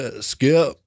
Skip